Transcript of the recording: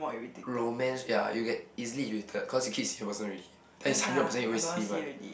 romance ya you get easily irritated cause you keep seeing the person already then is hundred percent you always see him [what]